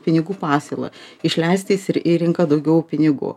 pinigų pasiūlą išleistis ir į rinką daugiau pinigų